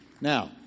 Now